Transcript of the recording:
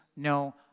No